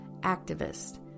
activist